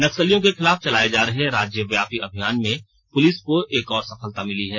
नक्सलियों के खिलाफ चलाए जा रहे राज्यव्यापी अभियान में पुलिस को एक और सफलता मिली है